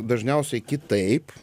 dažniausiai kitaip